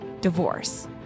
divorce